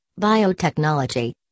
biotechnology